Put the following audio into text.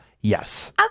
Yes